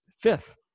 fifth